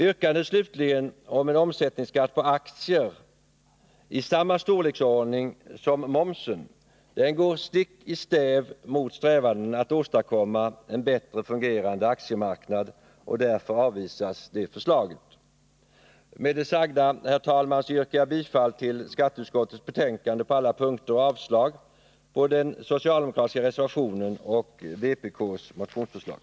Slutligen, yrkandet om en omsättningsskatt på aktier av samma storleksordning som momsen. Detta skulle gå stick i stäv mot strävandena att åstadkomma en bättre fungerande aktiemarknad. Därför avvisas detta förslag. Herr talman! Med det sagda ber jag att på alla punkter få yrka bifall till skatteutskottets hemställan och avslag på den socialdemokratiska reservationen och vpk:s motionsförslag.